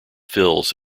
fills